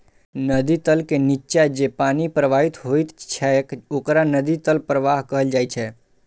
नदी तल के निच्चा जे पानि प्रवाहित होइत छैक ओकरा नदी तल प्रवाह कहल जाइ छै